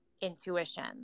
intuition